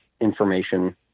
information